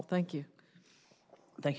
thank you thank you